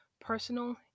personal